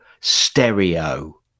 stereo